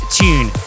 tune